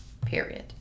period